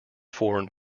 foreign